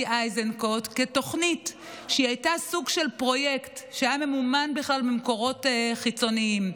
איזנקוט כתוכנית שהייתה סוג של פרויקט שהיה ממומן בכלל ממקורות חיצוניים.